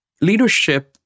leadership